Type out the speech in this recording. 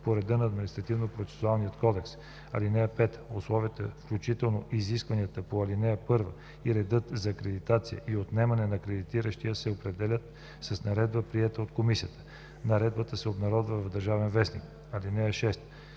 по реда на Административнопроцесуалния кодекс. (5) Условията, включително изискванията по ал. 1 и редът за акредитация и отнемане на акредитацията се определят с наредба, приета от комисията. Наредбата се обнародва в „Държавен вестник”. (6)